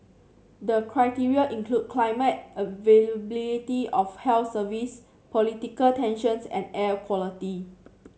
the criteria include climate availability of health service political tensions and air quality